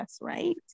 right